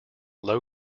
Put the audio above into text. low